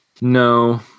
No